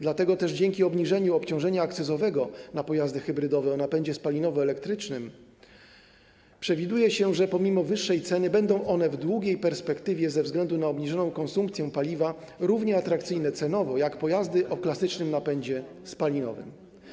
Dlatego też przewiduje się, że dzięki obniżeniu obciążenia akcyzowego na pojazdy hybrydowe o napędzie spalinowo-elektrycznym pomimo wyższej ceny będą one w długiej perspektywie ze względu na obniżoną konsumpcję paliwa równie atrakcyjne cenowo jak pojazdy o klasycznym napędzie spalinowym.